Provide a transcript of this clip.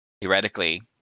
theoretically